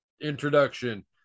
introduction